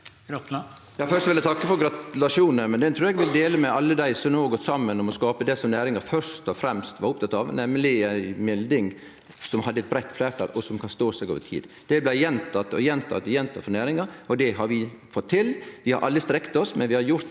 eg takke for gratulasjonen, men han trur eg eg vil dele med alle dei som no har gått saman om å skape det som næringa først og fremst var oppteken av, nemleg ei melding som hadde eit breitt fleirtal, og som kan stå seg over tid. Det blei gjenteke og gjenteke av næringa, og det har vi fått til. Vi har alle strekt oss, men vi har gjort dette